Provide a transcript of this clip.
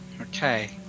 Okay